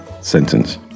sentence